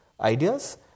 ideas